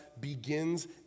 begins